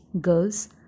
Girls